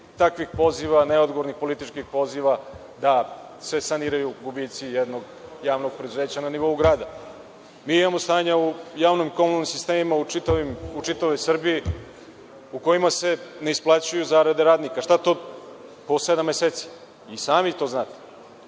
takvih poziva, neodgovornih političkih poziva da se saniraju gubici jednog javnog preduzeća na nivou grada. Mi imamo stanja u javnim komunalnim sistemima u čitavoj Srbiji u kojima se ne isplaćuju zarade radnika po sedam meseci. I sami to znate,